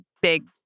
big